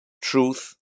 truth